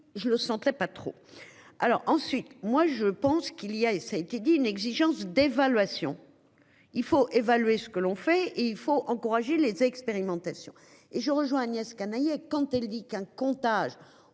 je le sentais pas trop. Alors ensuite, moi je pense qu'il y a et ça a été dit une exigence d'évaluation. Il faut évaluer ce que l'on fait et il faut encourager les expérimentations et je rejoins Agnès Canayer quand elle dit qu'un comptage